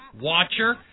watcher